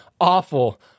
awful